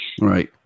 Right